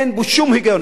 אין בו שום היגיון.